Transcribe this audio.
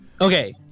Okay